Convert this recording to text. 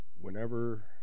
Whenever